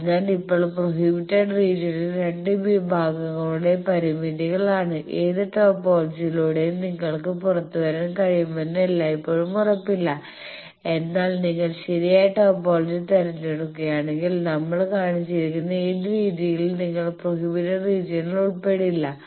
അതിനാൽ ഇപ്പോൾ prohibited regions 2 വിഭാഗങ്ങളുടെ പരിമിതികളാണ് ഏത് ടോപ്പോളജിയിലൂടെയും നിങ്ങൾക്ക് പുറത്തുവരാൻ കഴിയുമെന്ന് എല്ലായ്പ്പോഴും ഉറപ്പില്ല എന്നാൽ നിങ്ങൾ ശരിയായ ടോപ്പോളജി തിരഞ്ഞെടുക്കുകയാണെങ്കിൽ നമ്മൾ കാണിച്ചിരിക്കുന്ന ഏത് രീതിയിലും നിങ്ങൾ പ്രോഹിബിറ്റഡ് റീജിയനിൽ ഉൾപ്പെടില്ല